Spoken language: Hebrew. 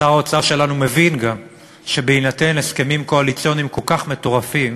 שר האוצר שלנו מבין גם שבהינתן הסכמים קואליציוניים כל כך מטורפים,